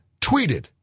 tweeted